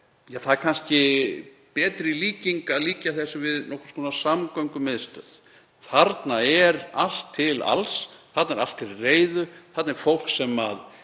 Það er kannski betri líking að líkja þessu við nokkurs konar samgöngumiðstöð. Þarna er allt til alls. Þarna er allt til reiðu. Þarna er fólk sem